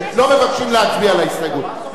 לא מבקשים להצביע על ההסתייגות.